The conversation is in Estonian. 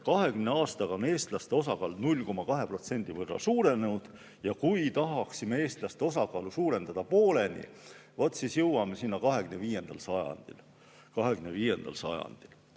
20 aastaga on eestlaste osakaal 0,2% võrra suurenenud. Ja kui tahaksime eestlaste osakaalu suurendada pooleni, siis jõuame sinna 25. sajandil. 25. sajandil!